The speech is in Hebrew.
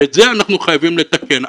ואת זה אנחנו חייבים לתקן.